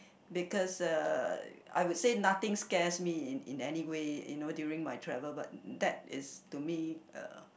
because uh I would say nothing scares me in in anyway you know during my travel but that is to me uh